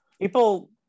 people